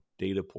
Dataport